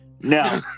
No